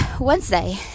Wednesday